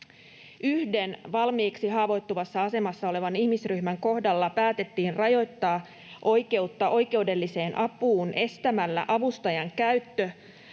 Yhden valmiiksi haavoittuvassa asemassa olevan ihmisryhmän kohdalla päätettiin rajoittaa oikeutta oikeudelliseen apuun estämällä avustajan käyttö